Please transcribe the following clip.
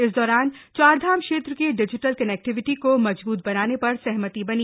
इस दौरान चारधाम क्षेत्र की डिजिटल कनेक्टिविटी को मज़बूत बनाने पर सहमति बनी